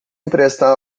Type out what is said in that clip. emprestar